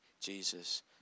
Jesus